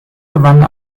gewann